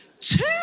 Two